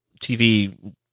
TV